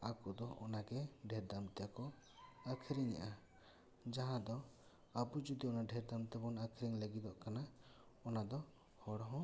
ᱟᱠᱚ ᱫᱚ ᱚᱱᱟᱜᱮ ᱰᱷᱮᱨ ᱫᱟᱢ ᱛᱮᱠᱚ ᱟᱹᱠᱷᱟᱹᱨᱤᱧᱮᱫᱟ ᱡᱟᱦᱟᱸ ᱫᱚ ᱟᱵᱚ ᱡᱩᱫᱤ ᱚᱱᱟ ᱰᱷᱮᱨ ᱫᱟᱢ ᱛᱮᱵᱚᱱ ᱟᱹᱠᱷᱨᱤᱧ ᱞᱟᱹᱜᱤᱫᱚᱜ ᱠᱟᱱᱟ ᱚᱱᱟᱫᱚ ᱦᱚᱲ ᱦᱚᱸ